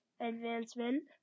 advancement